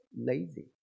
lazy